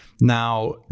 Now